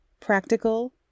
practical